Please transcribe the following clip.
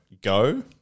go